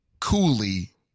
coolly